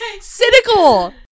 Cynical